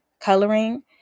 coloring